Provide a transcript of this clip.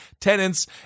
tenants